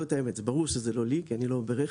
זאת אומרת, זה ברור שזה לא לי כי אני לא ברכש.